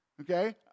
okay